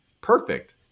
Perfect